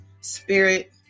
spirit